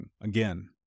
again